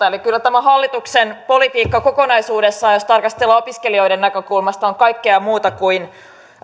eli kyllä tämä hallituksen politiikka kokonaisuudessaan jos tarkastellaan opiskelijoiden näkökulmasta on kaikkea muuta kuin